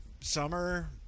Summer